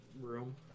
room